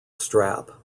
strap